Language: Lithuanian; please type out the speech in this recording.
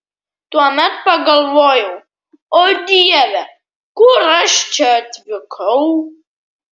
tuomet pagalvojau o dieve kur aš čia atvykau